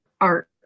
art